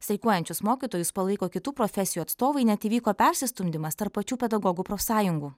streikuojančius mokytojus palaiko kitų profesijų atstovai net įvyko persistumdymas tarp pačių pedagogų profsąjungų